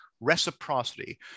reciprocity